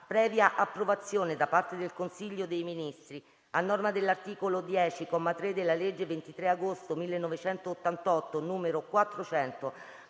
previa approvazione da parte del Consiglio dei Ministri, a norma dell'articolo 10, comma 3, della legge 23 agosto 1988, n. 400,